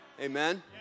Amen